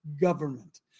government